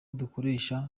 dukoresha